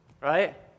right